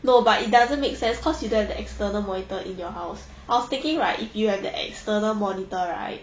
no but it doesn't make sense cause you don't have the external monitor in your house I was thinking right if you have an external monitor right